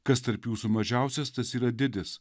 kas tarp jūsų mažiausias tas yra didis